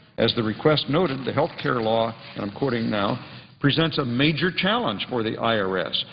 as the request noted, the health care law and i'm quoting now presents a major challenge for the i r s.